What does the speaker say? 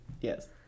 Yes